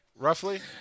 Roughly